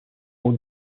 aux